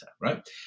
right